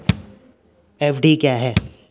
FD क्या है?